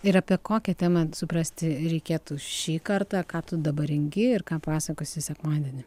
ir apie kokią temą suprasti reikėtų šį kartą ką tu dabar rengi ir ką pasakosi sekmadienį